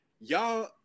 Y'all